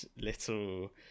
little